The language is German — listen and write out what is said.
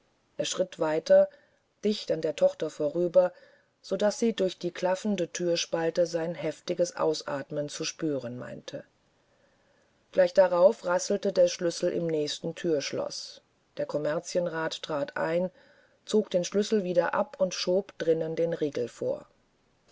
er schritt weiter dicht an der tochter vorüber so daß sie durch die klaffende thürspalte sein heftiges ausatmen zu spüren meinte gleich darauf rasselte der schlüssel im nächsten thürschloß der kommerzienrat trat ein zog den schlüssel wieder ab und schob drinnen den riegel vor